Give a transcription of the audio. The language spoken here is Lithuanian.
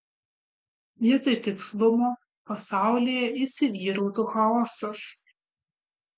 vietoj tikslumo pasaulyje įsivyrautų chaosas